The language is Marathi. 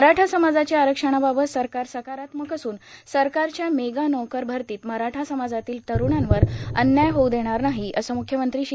मराठा समाजाच्या आरक्षणाबाबत सरकार सकारात्मक असून सरकारच्या मेगा नोकर भरतीत मराठा समाजातील तठणांवर अन्याय होऊ देणार नाही असं मुख्यमंत्री श्री